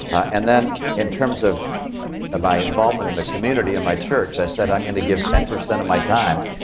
and then, in terms of ah my involvement in the community and my church, i said i'm going to give ten percent of my time